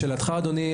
לשאלך אדוני,